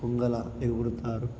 కొంగులాగా ఎగురుతారు